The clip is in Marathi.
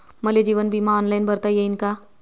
मले जीवन बिमा ऑनलाईन भरता येईन का?